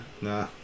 nah